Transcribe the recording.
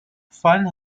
fun